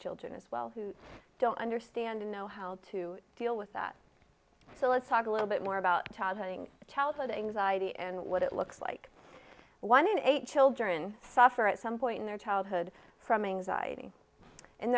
children as well who don't understand and know how to deal with that so let's talk a little bit more about child having a childhood anxiety and what it looks like one in eight children suffer at some point in their childhood